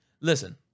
Listen